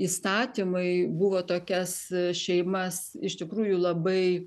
įstatymai buvo tokias šeimas iš tikrųjų labai